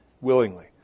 willingly